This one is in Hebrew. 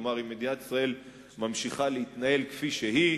אם מדינת ישראל ממשיכה להתנהל כפי שהיא